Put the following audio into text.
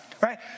Right